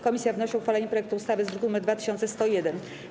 Komisja wnosi o uchwalenie projektu ustawy z druku nr 2101.